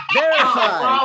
verified